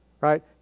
Right